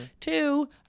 Two